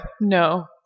no